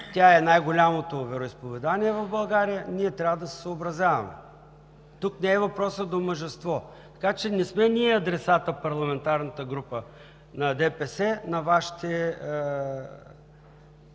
тя е най-голямото вероизповедание в България, ние трябва да се съобразяваме. Тук не е въпросът до мъжество, така че адресатът не сме ние от парламентарната група на ДПС, на Вашите